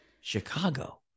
Chicago